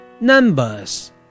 Numbers